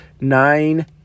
nine